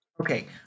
Okay